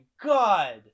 God